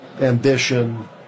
ambition